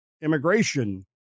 immigration